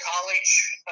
college